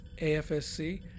AFSC